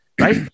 Right